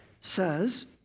says